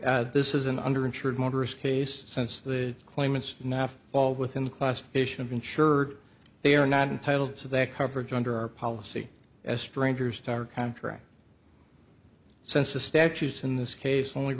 add this is an under insured motorist case since the claimants naff all within the classification of insured they are not entitled to that coverage under our policy as strangers to our contract since the statutes in this case only